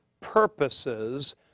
purposes